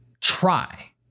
Try